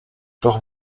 doch